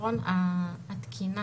בעיקרון התקינה